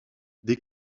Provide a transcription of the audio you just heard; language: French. des